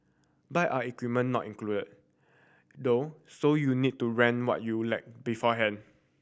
bike and equipment not included though so you'll need to rent what you lack beforehand